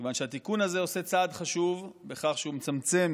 כיון שהתיקון הזה עושה צעד חשוב בכך שהוא מצמצם,